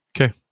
Okay